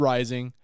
Rising